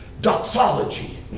doxology